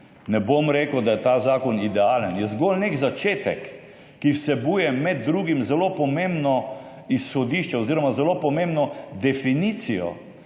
Ne bom rekel, da je ta zakon idealen. Je zgolj nek začetek, ki vsebuje med drugim zelo pomembno izhodišče oziroma zelo pomembno definicijo,